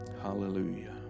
Hallelujah